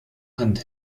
hand